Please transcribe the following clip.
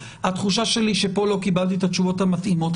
שהתחושה שלי היא שכאן לא קיבלתי את התשובות המתאימות.